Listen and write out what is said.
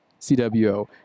cwo